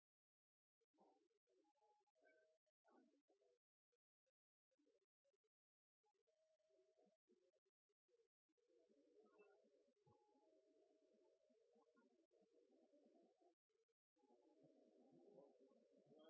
eg